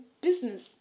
business